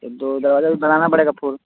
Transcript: तो दो दरवाजा तो बनाना पड़ेगा फुल